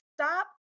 stop